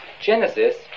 Genesis